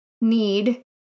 need